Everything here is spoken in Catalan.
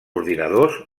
ordinadors